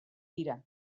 dira